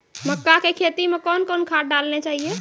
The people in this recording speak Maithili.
मक्का के खेती मे कौन कौन खाद डालने चाहिए?